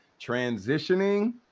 transitioning